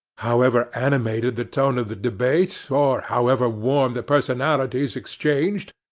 however animated the tone of the debate, or however warm the personalities exchanged,